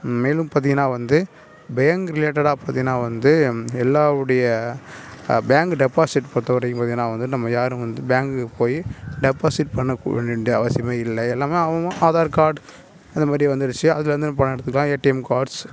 மேலும் பார்த்திங்னா வந்து பேங்க் ரிலேட்டடா பார்த்திங்கனா வந்து எல்லாருடைய பேங்க் டெபாசிட் பொறுத்தவரைக்கும் பார்த்திங்கனா வந்து நம்ம யாரும் வந்து பேங்க்குக்கு போய் டெபாசிட் பண்ண வேண்டிய அவசியமே இல்லை எல்லாமே அவங்கவுங்க ஆதார் கார்ட் அந்தமாதிரி வந்துருச்சு அதில் இருந்து பணம் எடுத்துக்கலாம் ஏடிஎம் கார்ட்ஸ்